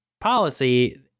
policy